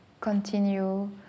continue